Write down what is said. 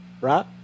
right